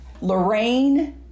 Lorraine